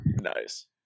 nice